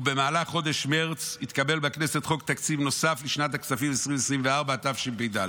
ובמהלך חודש מרץ התקבל בכנסת חוק תקציב נוסף לשנת הכספים 2024 התשפ"ד.